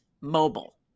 Mobile